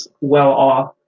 well-off